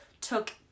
took